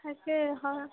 তাকে হয়